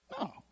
No